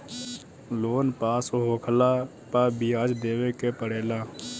loan pass होखला पअ बियाज देवे के पड़ेला